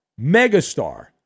megastar